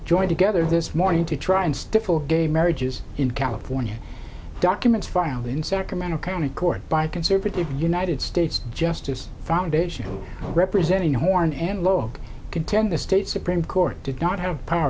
join together this morning to try and stiffle gay marriages in california documents filed in sacramento county court by conservative united states justice foundation representing horn and local content the state supreme court did not have power